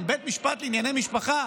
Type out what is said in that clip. אם בית המשפט לענייני משפחה,